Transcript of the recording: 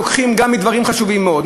לוקחים גם בדברים חשובים מאוד.